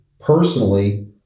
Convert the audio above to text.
personally